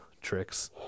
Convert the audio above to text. tricks